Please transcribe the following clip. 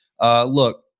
look